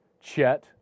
Chet